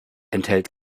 enthält